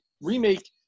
remake